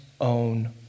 own